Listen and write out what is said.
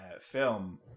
film